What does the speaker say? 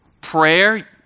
prayer